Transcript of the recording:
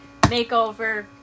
makeover